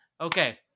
Okay